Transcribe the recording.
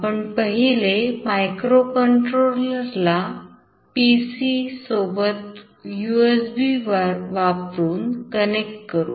आपण पहिले microcontroller ला आपल्या पीसीPC सोबत USB वापरुन कनेक्ट करू